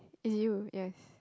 is you yes